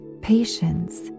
patience